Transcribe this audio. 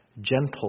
gentle